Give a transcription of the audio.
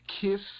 Kiss